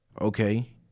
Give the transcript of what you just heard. Okay